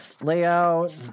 layout